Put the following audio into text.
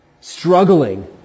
struggling